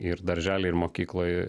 ir daržely ir mokykloj